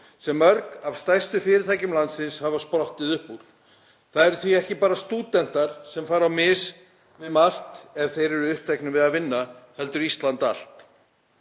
sem mörg af stærstu fyrirtækjum landsins hafa sprottið upp úr. Það eru því ekki bara stúdentar sem fara á mis við margt ef þeir eru uppteknir við að vinna heldur Ísland allt.